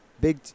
big